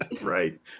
Right